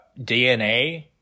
DNA